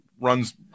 runs